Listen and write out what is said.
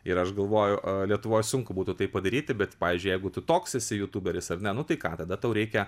ir aš galvoju lietuvoj sunku būtų tai padaryti bet pavyzdžiui jeigu tu toks esi jutuberis ar ne nu tai ką tada tau reikia